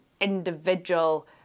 individual